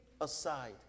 aside